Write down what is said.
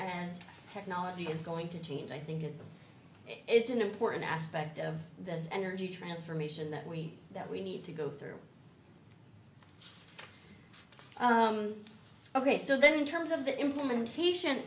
as technology is going to change i think it's an important aspect of this energy transformation that we that we need to go through ok so then in terms of the implementation